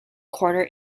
quarter